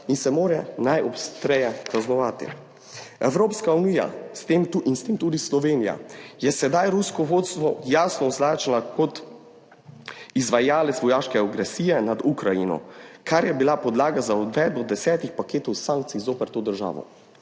in se mora najostreje kaznovati. Evropska unija in s tem tudi Slovenija je sedaj rusko vodstvo jasno označila kot izvajalec vojaške agresije nad Ukrajino, kar je bila podlaga za uvedbo 10. paketov sankcij zoper to državo.